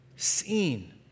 Seen